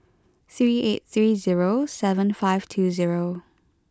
three eight three zero seven five two zero